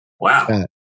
wow